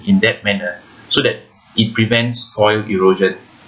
in that manner so that it prevents soil erosion